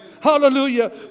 Hallelujah